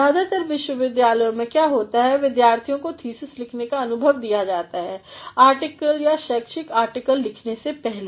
ज़्यादातर विश्वविद्यालयों में क्या होता है विद्यार्थियों को थीसिस लिखने का अनुभव दिया जाता है आर्टिकल या शैक्षिक आर्टिकल लिखने से पहले